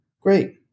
Great